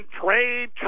trade